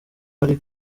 ari